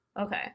Okay